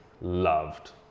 loved